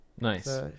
nice